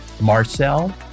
marcel